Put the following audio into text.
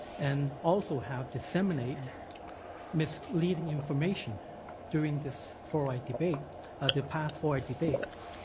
and also have disseminate misleading information during this fluoride debate the past fluoride debate.